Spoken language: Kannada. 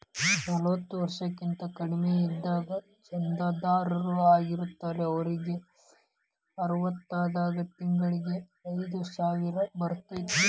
ನಲವತ್ತ ವರ್ಷಕ್ಕಿಂತ ಕಡಿಮಿ ಇದ್ದಾಗ ಚಂದಾದಾರ್ ಆಗಿರ್ತಾರ ಅವರಿಗ್ ಅರವತ್ತಾದಾಗ ತಿಂಗಳಿಗಿ ಐದ್ಸಾವಿರ ಬರತ್ತಾ